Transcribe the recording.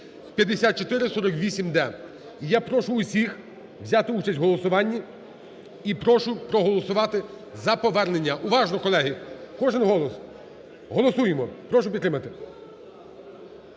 (5448-д). Я прошу усіх взяти участь в голосуванні і прошу проголосувати за повернення уважно, колеги, кожен голос. Голосуємо, прошу підтримати.